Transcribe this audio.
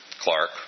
Clark